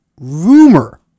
rumor